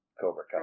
Cobra